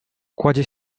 kładzie